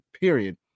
period